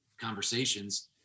conversations